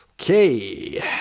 Okay